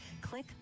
click